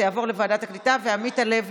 זה יעבור לוועדת הקליטה, לא.